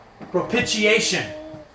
Propitiation